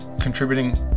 contributing